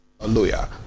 Hallelujah